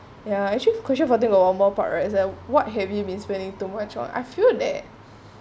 ya actually question for the normal part right is a what heavy mean spending too much on I've show that